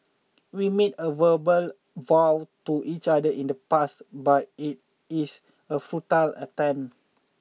we made a verbal vow to each other in the past but it is a futile attempt